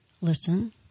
Listen